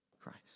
Christ